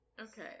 Okay